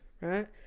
Right